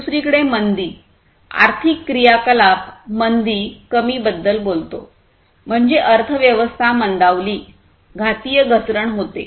दुसरीकडे मंदी आर्थिक क्रियाकलाप मंदी कमी बद्दल बोलतो म्हणजे अर्थव्यवस्था मंदावली घातीय घसरण होते